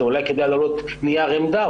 אולי כדאי להעלות נייר עמדה,